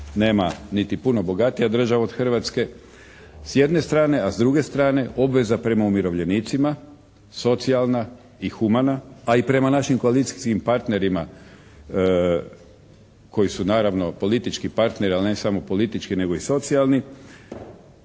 nema niti puno bogatija država od Hrvatske s jedne strane, a s druge strane obveza prema umirovljenicima socijalna i humana a i prema našim koalicijskim partnerima koji su naravno politički partneri, ali ne samo politički nego i socijalni,